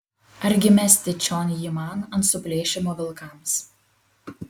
argi mesti čion jį man ant suplėšymo vilkams